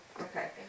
Okay